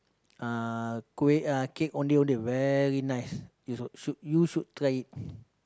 uh kueh uh cake Ondeh-Ondeh very nice you also should you should try it